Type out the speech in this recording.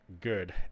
good